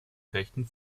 rechten